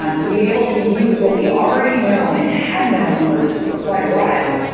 um to be able to use what we already know, and have known for for quite a while,